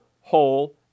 whole